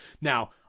Now